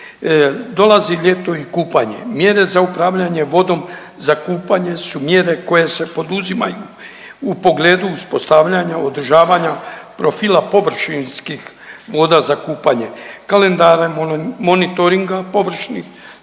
Dolazi ljeto i kupanje, mjere za upravljanje vodom za kupanje su mjere koje se poduzimaju u pogledu uspostavljanja, održavanja profila površinskih voda za kupanje, kalendare monitoringa površinskih